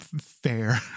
fair